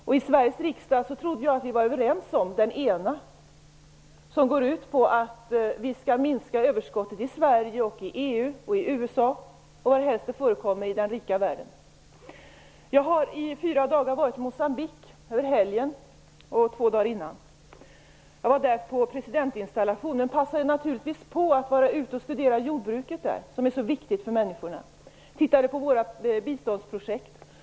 Jag trodde att vi var överens i Sveriges riksdag om den ena, som går ut på att vi skall minska överskottet i Sverige, i EU och i USA och varhelst det förekommer i den rika världen. Jag har varit fyra dagar i Moçambique - över helgen och två dagar innan. Jag var där på presidentinstallation. Men jag passade naturligtvis på att studera jordbruket, som är så viktigt för människorna. Jag tittade på våra biståndsprojekt.